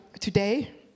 today